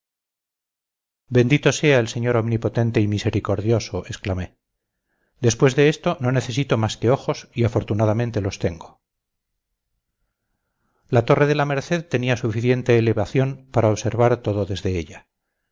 bendito sea el señor omnipotente y misericordioso exclamé después de esto no necesito más que ojos y afortunadamente los tengo la torre de la merced tenía suficiente elevación para observar todo desde ella